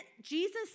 Jesus